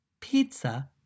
pizza